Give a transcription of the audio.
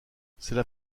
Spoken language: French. c’était